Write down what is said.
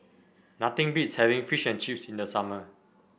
nothing beats having Fish and Chips in the summer